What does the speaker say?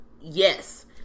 Yes